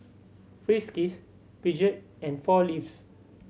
Friskies Peugeot and Four Leaves